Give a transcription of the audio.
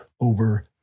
over